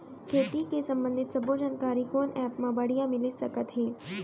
खेती के संबंधित सब्बे जानकारी कोन एप मा बढ़िया मिलिस सकत हे?